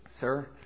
Sir